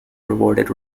rewarded